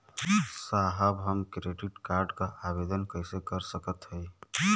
साहब हम credit card क आवेदन कइसे कर सकत हई?